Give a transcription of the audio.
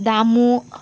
Damu